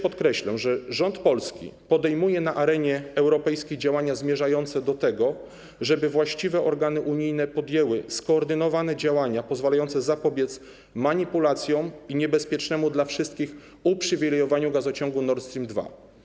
Podkreślam, że rząd Polski podejmuje na arenie europejskiej działania zmierzające do tego, żeby właściwe organy unijne podjęły skoordynowane działania pozwalające zapobiec manipulacjom i niebezpiecznemu dla wszystkich uprzywilejowaniu gazociągu Nord Stream 2.